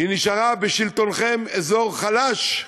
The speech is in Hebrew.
היא נשארה בשלטונכם אזור חלש.